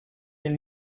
nel